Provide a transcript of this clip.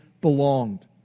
belonged